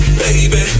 baby